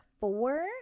four